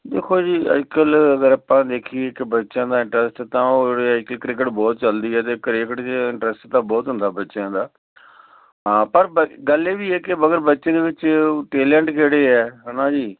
ਦੇਖੋ ਜੀ ਅੱਜ ਕੱਲ੍ਹ ਅਗਰ ਆਪਾਂ ਦੇਖੀਏ ਕਿ ਬੱਚਿਆਂ ਦਾ ਇੰਟਰਸਟ ਤਾਂ ਉਹ ਜਿਹੜੇ ਹੈ ਕਿ ਕ੍ਰਿਕਟ ਬਹੁਤ ਚੱਲਦੀ ਹੈ ਅਤੇ ਕ੍ਰਿਕਟ ਦਾ ਇੰਟਰਸਟ ਤਾਂ ਬਹੁਤ ਹੁੰਦਾ ਬੱਚਿਆਂ ਦਾ ਹਾਂ ਪਰ ਗੱਲ ਵੀ ਹੈ ਕਿ ਮਗਰ ਬੱਚੇ ਦੇ ਵਿੱਚ ਟੇਲੈਂਟ ਜਿਹੜੇ ਹੈ ਹੈ ਨਾ ਜੀ